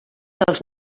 dels